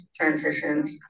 transitions